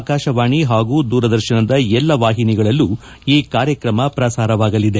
ಆಕಾಶವಾಣಿ ಹಾಗೂ ದೂರದರ್ಶನದ ಎಲ್ಲಾ ವಾಹಿನಿಗಳಲ್ಲೂ ಈ ಕಾರ್ಯಕ್ರಮ ಪ್ರಸಾರವಾಗಲಿದೆ